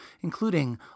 including